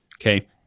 Okay